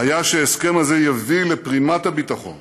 היה שההסכם הזה יביא לפרימת הביטחון